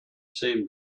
same